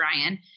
Ryan